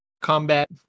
combat